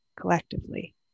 collectively